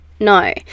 no